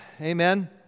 Amen